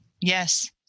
yes